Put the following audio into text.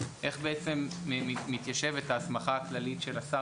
איך בעצם מתיישבת ההסמכה הכללית של השר